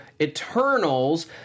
Eternals